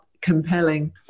compelling